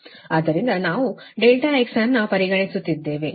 ಆದ್ದರಿಂದ ನಾವು ∆x ಅನ್ನು ಪರಿಗಣಿಸುತ್ತಿದ್ದೇವೆ